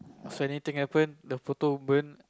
so anything happen the photo burn